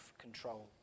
control